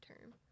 term